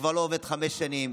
שכבר לא עובד חמש שנים,